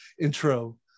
intro